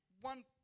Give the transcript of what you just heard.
one